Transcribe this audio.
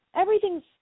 everything's